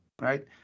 right